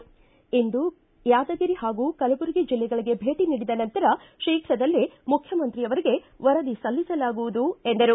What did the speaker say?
ಇಂದು ಯಾದಗಿರಿ ಹಾಗೂ ಕಲಬುರಗಿ ಜಿಲ್ಲೆಗಳಗೆ ಭೇಟಿ ನೀಡಿದ ನಂತರ ಶೀಘ್ರದಲ್ಲೇ ಮುಖ್ಚಮಂತ್ರಿಯವರಿಗೆ ವರದಿ ಸಲ್ಲಿಸಲಾಗುವುದು ಎಂದರು